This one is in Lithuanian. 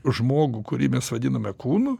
žmogų kurį mes vadiname kūnu